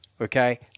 Okay